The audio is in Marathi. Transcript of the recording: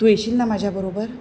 तू येशील ना माझ्याबरोबर